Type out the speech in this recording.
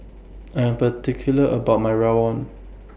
I Am particular about My Rawon